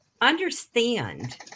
Understand